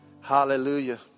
Hallelujah